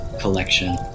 collection